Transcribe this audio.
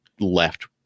left